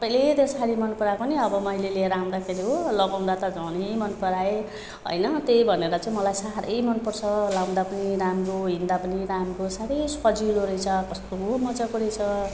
सबैले त्यो साडी मन पराको नि अब मैले लिएर आउँदाखेरि हो लगाउँदा त झनै मन पराए हैन त्यही भनेर चाहिँ मलाई साह्रै मन पर्छ लाउँदा पनि राम्रो हिँड्दा पनि राम्रो साह्रै सजिलो रहेछ कस्तो मजाको रहेछ